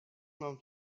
love